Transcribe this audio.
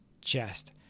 chest